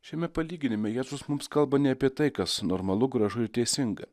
šiame palyginime jėzus mums kalba ne apie tai kas normalu gražu ir teisinga